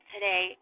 Today